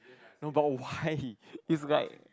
no but why it's like